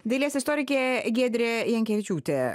dailės istorikė giedrė jankevičiūtė